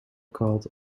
called